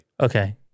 Okay